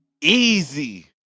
easy